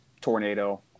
tornado